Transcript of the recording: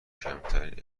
کمترین